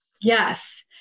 Yes